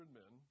men